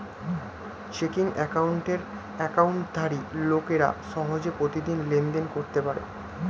checking অ্যাকাউন্টের অ্যাকাউন্টধারী লোকেরা সহজে প্রতিদিন লেনদেন করতে পারে